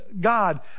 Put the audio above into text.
God